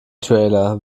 trailer